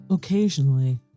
Occasionally